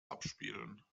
abspielen